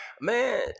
man